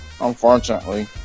unfortunately